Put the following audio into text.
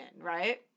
right